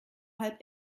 halb